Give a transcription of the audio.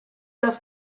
das